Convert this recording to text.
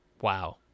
wow